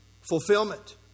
fulfillment